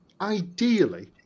ideally